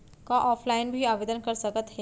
का ऑफलाइन भी आवदेन कर सकत हे?